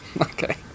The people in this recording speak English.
Okay